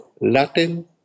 Latin